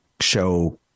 show